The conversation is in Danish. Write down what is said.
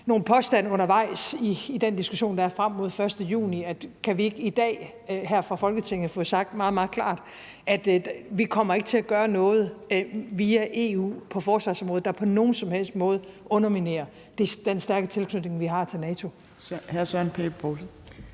nogle påstande undervejs i den diskussion, der er frem mod den 1. juni – om ikke vi i dag fra Folketinget kan få sagt meget, meget klart, at vi ikke via EU kommer til at gøre noget på forsvarsområdet, der på nogen som helst måde underminerer den stærke tilknytning, som vi har til NATO.